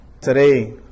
today